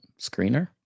Screener